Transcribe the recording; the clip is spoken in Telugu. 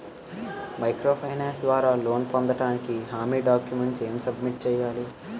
మైక్రో ఫైనాన్స్ ద్వారా లోన్ పొందటానికి హామీ డాక్యుమెంట్స్ ఎం సబ్మిట్ చేయాలి?